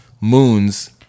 moons